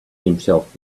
himself